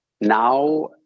Now